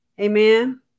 Amen